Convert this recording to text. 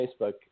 Facebook